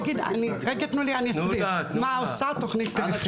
תנו לי, אני אסביר מה עושה תכנית פריפריה.